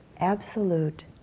absolute